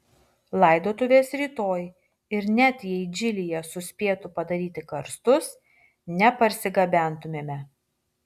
laidotuvės rytoj ir net jei džilyje suspėtų padaryti karstus neparsigabentumėme